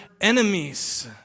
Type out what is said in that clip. enemies